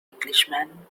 englishman